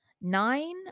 Nine